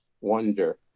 wonder